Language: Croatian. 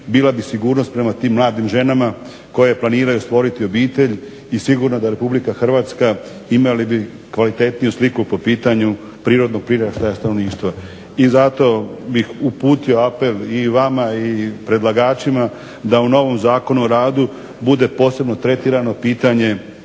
bila bi sigurnost prema tim mladim ženama koje planiraju stvoriti obitelj i sigurno da RH imali bi kvalitetniju sliku po pitanju prirodnog priraštaja stanovništva. I zato bih uputio apel i vama predlagačima da u novom Zakonu o radu bude posebno tretirano pitanje